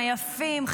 היפים,